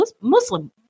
Muslim